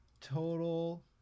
total